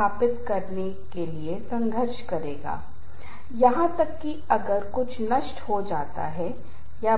आप संगठन में दुर्घटनाओं का सामना करेंगे यदि आप तनाव में पीड़ित हैं क्योंकि आपकी